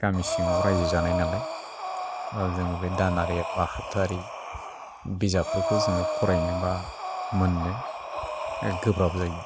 गामि सिङाव रायजो जानाय नालाय जोङो बे दानारि बा हाबथायारि बिजाबफोरखौ जों फरायनो बा मोननो गोब्राब जायो